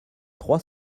trois